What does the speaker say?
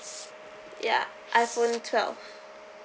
ya iphone twelve